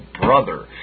brother